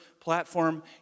platform